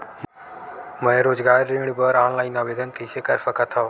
मैं रोजगार ऋण बर ऑनलाइन आवेदन कइसे कर सकथव?